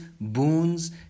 boons